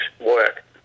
work